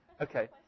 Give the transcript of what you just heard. okay